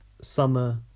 summer